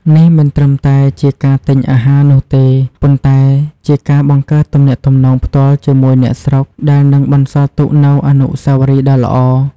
នេះមិនត្រឹមតែជាការទិញអាហារនោះទេ ប៉ុន្តែជាការបង្កើតទំនាក់ទំនងផ្ទាល់ជាមួយអ្នកស្រុក ដែលនឹងបន្សល់ទុកនូវអនុស្សាវរីយ៍ដ៏ល្អ។